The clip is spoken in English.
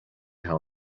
how